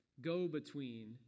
go-between